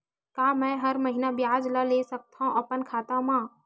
का मैं हर महीना ब्याज ला ले सकथव अपन खाता मा?